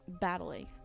battling